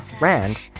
Rand